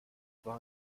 war